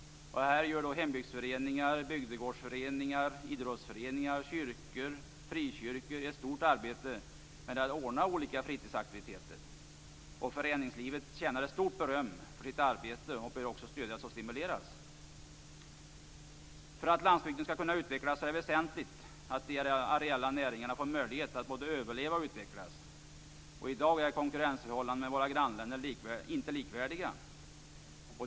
Här utför hembygdsföreningar, bygdegårdsföreningar, idrottsföreningar, kyrkor och frikyrkor ett stort arbete med att anordna olika fritidsaktiviteter. Föreningslivet förtjänar stort beröm för sitt arbete och det bör också stödjas och stimuleras. För att landsbygden skall kunna utvecklas är det även väsentligt att de areella näringarna får möjlighet att både överleva och utvecklas. I dag är inte konkurrensförhållandena med våra grannländer likvärdiga.